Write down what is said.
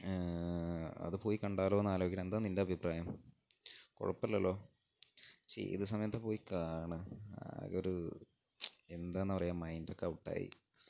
അത് പോയി കണ്ടാലോയെന്ന് ആലോചിക്കുകയാണ് എന്താണ് നിൻ്റെ അഭിപ്രായം കുഴപ്പമില്ലല്ലോ പക്ഷെ ഏത് സമയത്താണ് പോയി കാണുക ആകെയൊരു എന്താണെന്നാണ് പറയുക മൈൻഡൊക്കെ ഔട്ടായി